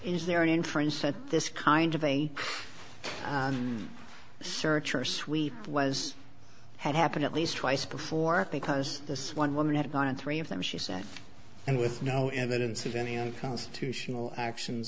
is there an inference that this kind of a search or sweep was had happened at least twice before because this one woman had gone to three of them she said and with no evidence of any unconstitutional actions